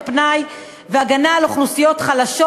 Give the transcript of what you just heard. הפנאי וההגנה על אוכלוסיות חלשות,